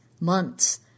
months